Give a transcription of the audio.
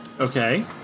Okay